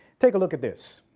take a look at this.